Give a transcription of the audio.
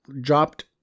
dropped